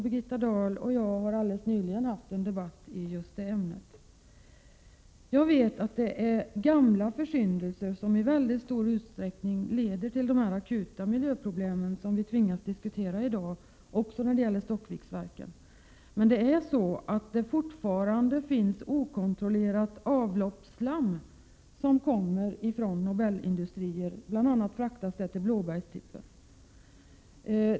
Birgitta Dahl och jag har alldeles nyligen fört en debatt i just det ämnet. Jag vet att det är gamla försyndelser som i stor utsträckning leder till de akuta miljöproblem som vi tvingas diskutera i dag, också när det gäller Stockviksverken. Men det finns fortfarande okontrollerat avloppsslam som kommer från Nobel Industrier, bl.a. har sådant fraktats till Blåbergstippen.